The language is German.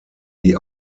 die